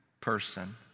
person